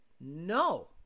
No